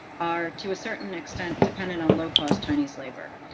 are, to a certain extent, dependent on low cost chinese labor.